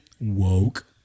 woke